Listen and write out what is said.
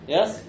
Yes